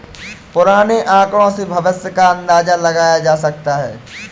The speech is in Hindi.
पुराने आकड़ों से भविष्य का अंदाजा लगाया जा सकता है